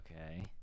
Okay